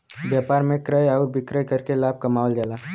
व्यापार में क्रय आउर विक्रय करके लाभ कमावल जाला